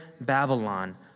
Babylon